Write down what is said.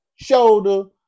shoulder